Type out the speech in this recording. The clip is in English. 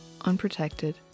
Unprotected